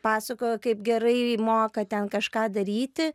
pasakojo kaip gerai moka ten kažką daryti